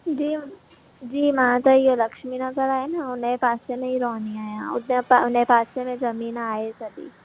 जी हू जी मां त इएं लक्ष्मी नगर आहे न उन जे पासे में ई रहंदी आहियां उते उन जे पासे में ज़मीन आहे सॼी